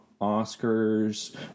Oscars